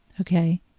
okay